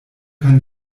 kann